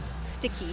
Sticky